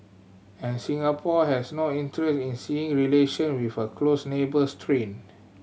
and Singapore has no interest in seeing relation with a close neighbour strained